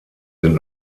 sind